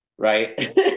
right